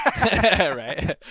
right